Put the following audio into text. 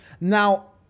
Now